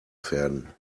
pferden